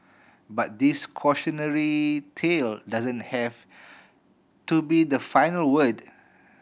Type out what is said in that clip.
but this cautionary tale doesn't have to be the final word